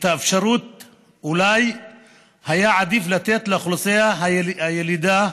אולי היה עדיף לתת לאוכלוסייה הילידית,